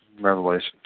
Revelation